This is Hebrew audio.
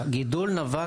הגידול נבע,